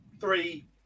three